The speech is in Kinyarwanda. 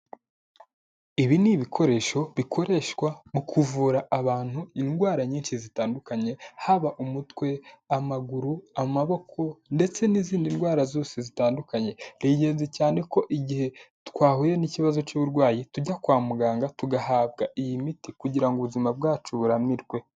Ibi ni ibikoresho bikoreshwa mu kuvura abantu indwara nyinshi zitandukanye, haba umutwe, amaguru, amaboko ndetse n'izindi ndwara zose zitandukanye. Ni ingenzi cyane ko igihe twahuye n'ikibazo cy'uburwayi tujya kwa muganga, tugahabwa iyi miti kugira ngo ubuzima bwacu buramirwe.